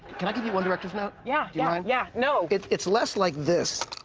can i give you one direction, now. yeah. yeah and yeah you know it's it's less like this,